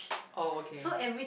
oh okay